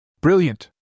Brilliant